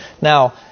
Now